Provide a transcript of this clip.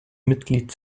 mitglied